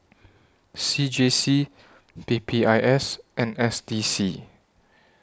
C J C P P I S and S D C